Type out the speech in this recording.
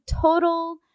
total